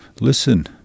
listen